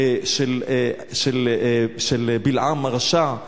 של בלעם הרשע,